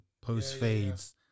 post-fades